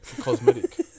Cosmetic